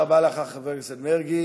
תודה רבה לך, חבר הכנסת מרגי.